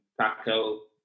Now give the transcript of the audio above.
tackle